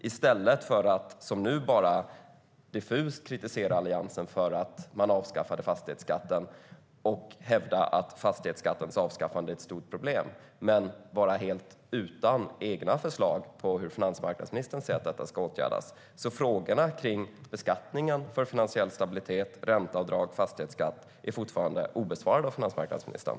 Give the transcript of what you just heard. Nu kritiserar han i stället diffust Alliansen för att man avskaffade fastighetsskatten och hävdar att fastighetsskattens avskaffande är ett stort problem, men finansmarknadsministern är helt utan egna förslag på hur detta ska åtgärdas. Frågorna kring beskattningen för finansiell stabilitet, ränteavdrag och fastighetsskatt är fortfarande obesvarade av finansmarknadsministern.